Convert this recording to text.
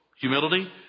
Humility